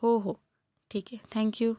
हो हो ठीक आहे थँक्यू